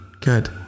Good